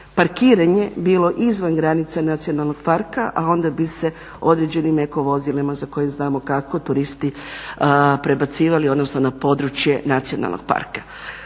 parkiranje bilo izvan granica nacionalnog parka a onda bi se određenim eko vozilima za koje znamo kako turisti prebacivali odnosno na područje nacionalnog parka.